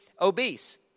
obese